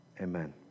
Amen